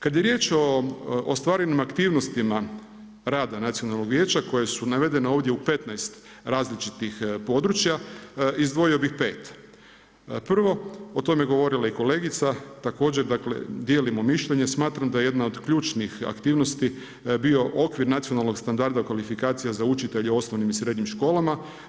Kad je riječ o ostvarenim aktivnostima rada nacionalnog vijeća koje su navedene ovdje u 15 različitih područja, izdvojio bi 5. Prvo, o tome je govorila i kolegica također dakle, dijelimo mišljenje, smatram da je jedna od ključnih aktivnosti bio okvir nacionalnog standarda kvalifikacija za učitelje u osnovnim i srednjim školama.